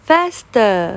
Faster